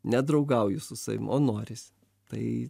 nedraugauju su savim o norisi tai